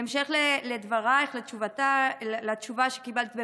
בהמשך לדברייך ולתשובה שקיבלת,